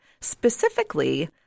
specifically